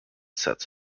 sets